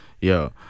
Yo